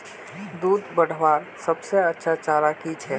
दूध बढ़वार सबसे अच्छा चारा की छे?